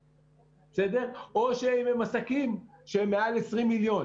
הבעיה העיקרית היא שאם נדחית על ידי הלוואות